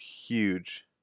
huge